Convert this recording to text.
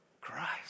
Christ